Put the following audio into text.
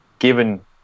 given